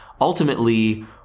ultimately